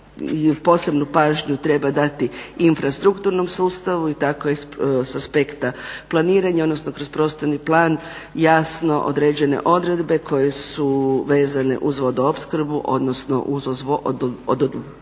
posebnu pažnju treba dati i infrastrukturnom sustavu i tako s aspekta planiranja, odnosno kroz prostorni plan jasno određene odredbe koje su vezane uz vodoopskrbu, odnosno uz odvodnju.